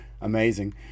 amazing